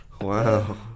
Wow